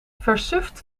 versuft